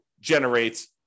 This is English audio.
generate